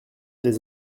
des